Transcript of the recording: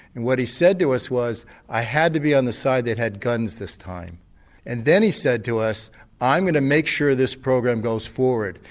and what he said to us was i had to be on the side that had guns this time and then he said to us i'm going to make sure this program goes forward,